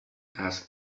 asked